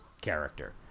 character